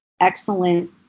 excellent